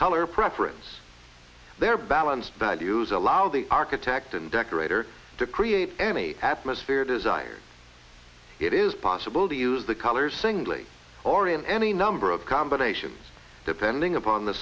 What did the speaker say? color preference their balance the do use allow the architect and decorator to create any app most fear desired it is possible to use the colors singly or in any number of combinations depending upon the